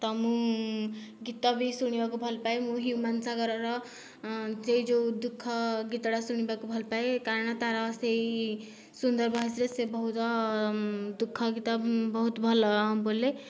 ତ ମୁଁ ଗୀତ ବି ଶୁଣିବାକୁ ଭଲ ପାଏ ମୁଁ ହ୍ୟୁମାନ ସାଗରର ସେହି ଯେଉଁ ଦୁଃଖ ଗୀତଟା ଶୁଣିବାକୁ ଭଲପାଏ କାରଣ ତାର ସେହି ସୁନ୍ଦର ଭଏସ୍ରେ ସେ ବହୁତ ଦୁଃଖ ଗୀତ ବହୁତ ଭଲ ବୋଲେ